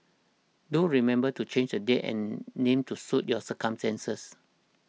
do remember to change the date and name to suit your circumstances